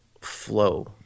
flow